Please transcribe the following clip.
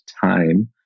time